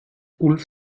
ulf